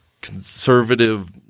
conservative